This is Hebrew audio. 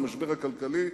המשבר הכלכלי,